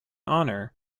honor